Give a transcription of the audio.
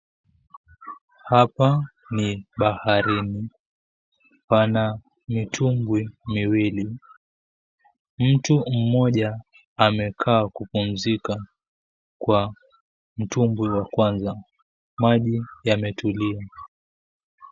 Hapa ni baharini. Pana mitumbwi miwili. Mtu mmoja amekaa kupumzika kwa mtumbwi wa kwanza. Maji yametulia.